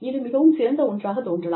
இது மிகவும் சிறந்த ஒன்றாகத் தோன்றலாம்